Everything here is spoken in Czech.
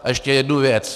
A ještě jednu věc.